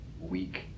weak